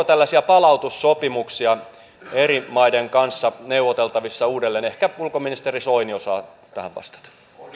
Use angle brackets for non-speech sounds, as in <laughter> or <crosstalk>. <unintelligible> tällaisia palautussopimuksia eri maiden kanssa neuvoteltavissa uudelleen ehkä ulkoministeri soini osaa tähän vastata